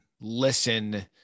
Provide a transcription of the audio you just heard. listen